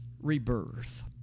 Rebirth